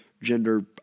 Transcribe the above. gender